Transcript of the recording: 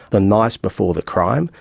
the night before the crime.